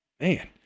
Man